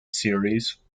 series